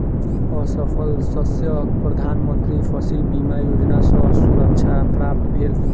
असफल शस्यक प्रधान मंत्री फसिल बीमा योजना सॅ सुरक्षा प्राप्त भेल